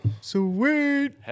sweet